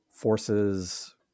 forces